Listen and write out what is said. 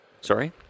Sorry